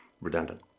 redundant